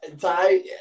Ty